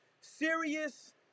serious